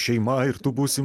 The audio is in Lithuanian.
šeima ir tu būsi